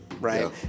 right